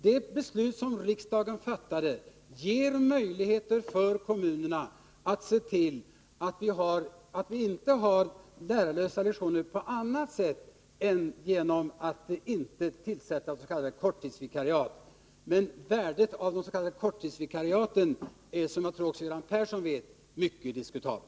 Det beslut som riksdagen fattade ger möjligheter för kommunerna att se till att man inte har lärarlösa lektioner på annat sätt än genom att s.k. korttidsvikariat inte tillsätts. Värdet av korttidsvikariaten är, som jag tror att också Göran Persson vet, mycket diskutabelt.